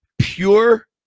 pure